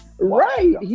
Right